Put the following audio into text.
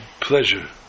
pleasure